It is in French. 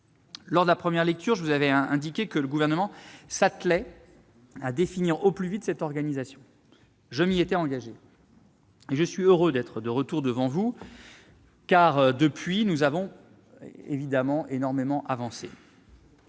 Lors de la première lecture, je vous avais indiqué que le Gouvernement s'attelait à définir au plus vite cette organisation. Je m'y étais engagé, et je suis heureux de me présenter de nouveau devant vous, car, depuis lors, nous avons énormément